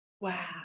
Wow